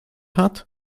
hat